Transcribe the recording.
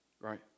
Right